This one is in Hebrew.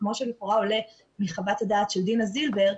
כמו שלכאורה עולה מחוות הדעת של דינה זילבר,